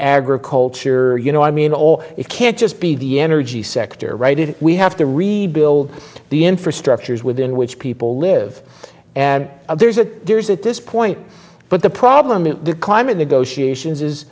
agriculture you know i mean or it can't just be the energy sector right if we have to rebuild the infrastructure is within which people live and there's a there's at this point but the problem in the climate negotiations is